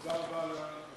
תודה רבה לשרה.